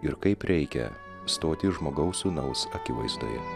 ir kaip reikia stoti žmogaus sūnaus akivaizdoje